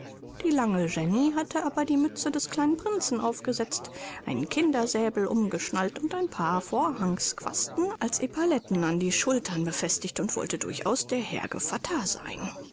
die lange jenny hatte aber die mütze des kleinen prinzen aufgesetzt einen kindersäbel umgeschnallt und ein paar vorhangsquasten als epauletten an die schultern befestigt und wollte durchaus der herr gevatter sein